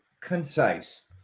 concise